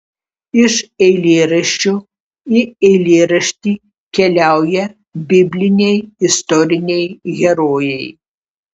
iš eilėraščio į eilėraštį keliauja bibliniai istoriniai herojai